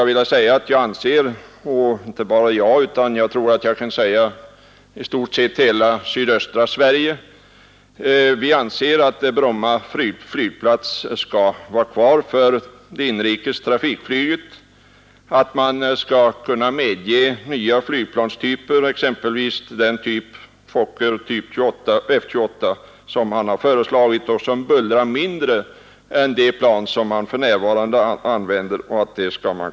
Inte bara jag, herr talman, utan jag tror i stort sett människorna i hela sydöstra Sverige anser att Bromma flygplats skall vara kvar för det inrikes trafikflyget. Man skall kunna medge nya flygplanstyper, exempelvis Fokker F-28, som har föreslagits och som bullrar mindre än de plan som för närvarande används.